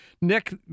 Nick